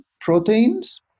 proteins